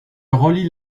relie